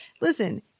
listen